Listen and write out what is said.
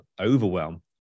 overwhelm